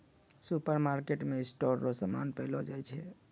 सुपरमार्केटमे स्टोर रो समान पैलो जाय छै